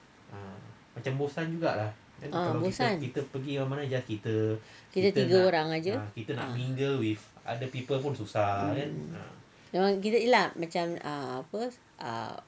ah bosan kita tiga orang aja um ki~ kita ye lah apa ah apa